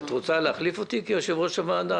את רוצה להחליף אותי כיושב-ראש הוועדה?